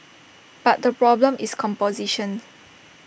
but the problem is composition